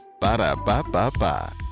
Ba-da-ba-ba-ba